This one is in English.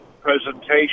presentation